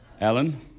Alan